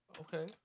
Okay